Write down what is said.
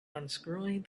unscrewing